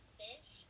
fish